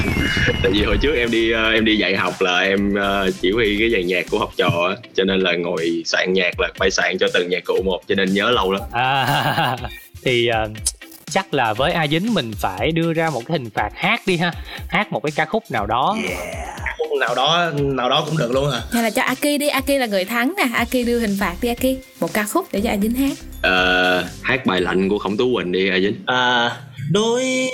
Tại vì hồi trước em đi, ờ, em đi dạy học là em, ờ, chỉ huy cái dàn nhạc của học trò á. Cho nên là ngồi soạn nhạc là phải soạn cho từng nhạc cụ một, cho nên nhớ lâu lắm. À, thì, ờ, chắc là với A Dính mình phải đưa ra một cái hình phạt hát đi ha. Hát một cái ca khúc nào đó. Yeah. Ca khúc nào đó, nào đó cũng được luôn hả? Hay là cho Aki đi. Aki là người thắng nè. Aki đưa hình phạt đi, Aki. Một ca khúc để cho A Dính hát. Ờ, hát bài Lạnh của Khổng Tú Quỳnh đi, A Dính. À, đôi-